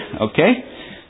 Okay